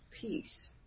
peace